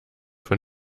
von